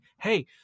hey